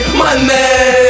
money